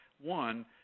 One